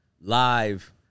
live